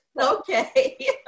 Okay